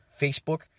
Facebook